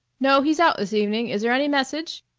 no, he's out this evening. is there any message?